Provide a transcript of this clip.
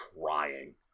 trying